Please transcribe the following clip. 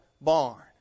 barn